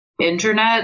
internet